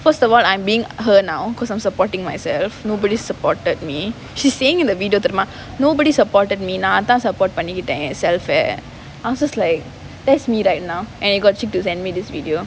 first of all I'm being her now because I'm supporting myself nobody supported me she saying in the video தெரியுமா:theriyumaa nobody supported me நான் தான்:naan thaan support பண்ணிகிட்டேன் என்:pannikittaen en self I'm just like that's me right now and you got cheek to send me this video